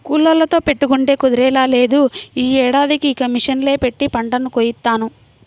కూలోళ్ళతో పెట్టుకుంటే కుదిరేలా లేదు, యీ ఏడాదికి ఇక మిషన్ పెట్టే పంటని కోయిత్తాను